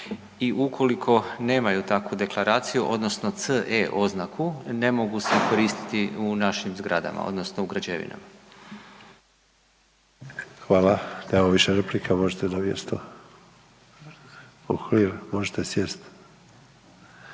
i ukoliko nemaju takvu deklaraciju odnosno CE oznaku ne mogu se koristiti u našim zgradama odnosno u građevinama. **Sanader, Ante (HDZ)** Hvala. Nemamo više replika možemo na mjesto.